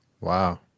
Wow